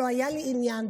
לא היה לי עניין,